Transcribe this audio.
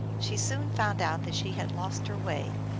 she soon found out that she had lost her way,